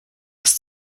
ist